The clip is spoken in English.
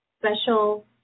special